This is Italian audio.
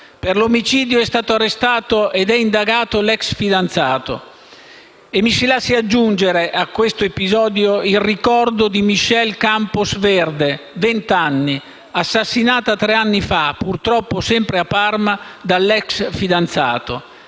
per l'omicidio è stato arrestato ed è indagato l'ex fidanzato. Mi si lasci poi aggiungere a questo episodio il ricordo Michelle Campos Verde, 20 anni, assassinata tre anni fa, purtroppo sempre a Parma, dall'ex fidanzato: